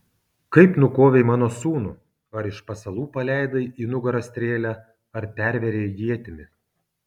kaip nukovei mano sūnų ar iš pasalų paleidai į nugarą strėlę ar pervėrei ietimi